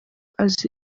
azi